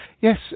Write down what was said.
yes